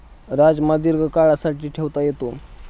राजमा दीर्घकाळासाठी ठेवता येतो